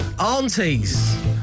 Aunties